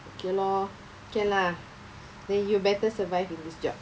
okay lor can lah then you better survive in this job